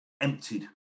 emptied